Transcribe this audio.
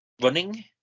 running